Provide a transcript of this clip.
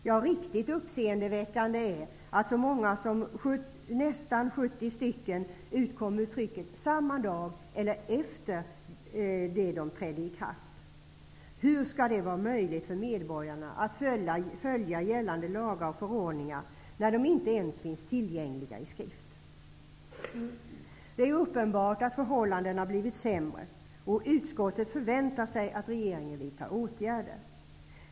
Det är mycket uppseendeväckande att så många som nästan 70 stycken utkom från trycket samma dag som de trädde i kraft eller t.o.m. efter ikraftträdandet. Hur skall det vara möjligt för medborgarna att följa gällande lagar och förordningar när de inte ens finns tillgängliga i skrift? Det är uppenbart att förhållandena har blivit sämre. Utskotten förväntar sig att regeringen vidtar åtgärder.